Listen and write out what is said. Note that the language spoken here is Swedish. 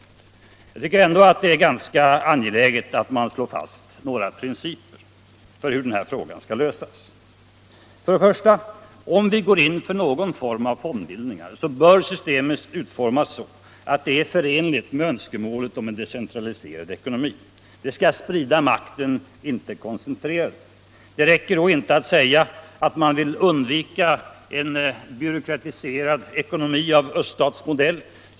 Men jag tycker ändå att det är angeläget att slå fast några principer för hur den här frågan skall lösas. För det första: Om vi går in för någon form av fondbildning bör systemet utformas så att det är förenligt med önskemålet om en decentraliserad ekonomi. Det skall sprida makten — inte koncentrera den. Det räcker då inte att säga att man vill undvika en byråkratiserad ekonomi av öststatsmodell.